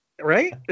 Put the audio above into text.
right